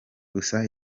gusa